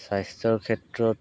স্বাস্থ্যৰ ক্ষেত্ৰত